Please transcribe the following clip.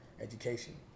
education